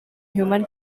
humor